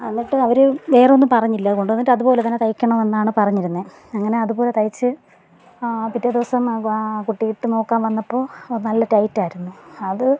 എന്നിട്ട് അവർ വേറൊന്നും പറഞ്ഞില്ല കൊണ്ടുവന്നിട്ട് അതുപോലെത്തന്നെ തയ്ക്കണമെന്നാണ് പറഞ്ഞിരുന്നത് അങ്ങനെ അതുപോലെ തയ്ച്ച് പിറ്റേ ദിവസം ആ കുട്ടി ഇട്ടുനോക്കാൻ വന്നപ്പോൾ അത് നല്ല ടൈറ്റായിരുന്നു അത്